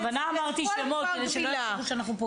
אני בכוונה אמרתי את זה שלא יחשבו שאנחנו רוצים לפגוע.